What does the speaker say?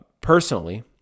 personally